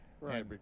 Right